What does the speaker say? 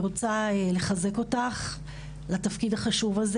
אני רוצה לחזק אותך לתפקיד החשוב הזה